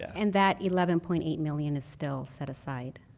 and that eleven point eight million is still set aside.